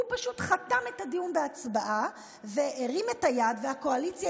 והוא פשוט חתם את הדיון בהצבעה והרים את היד והקואליציה